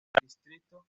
distrito